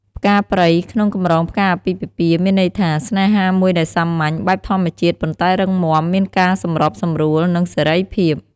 ផ្កាព្រៃក្នុងកម្រងផ្កាអាពាហ៍ពិពាហ៍ មានន័យថា ស្នេហាមួយដែលសាមញ្ញ បែបធម្មជាតិ ប៉ុន្តែរឹងមាំ មានការសម្របសម្រួល និងសេរីភាព។